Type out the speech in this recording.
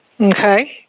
Okay